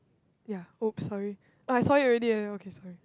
ya oops sorry oh I saw it already eh okay sorry